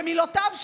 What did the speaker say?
במילותיו שלו,